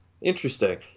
Interesting